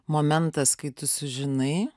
momentas kai tu sužinai